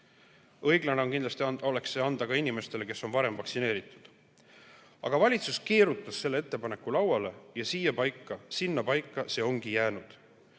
Õiglane oleks kindlasti anda seda ka inimestele, kes on juba varem vaktsineeritud. Aga valitsus keerutas selle ettepaneku lauale ja sinnapaika see ongi jäänud.